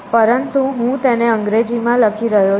પરંતુ હું તેને અંગ્રેજીમાં લખી રહ્યો છું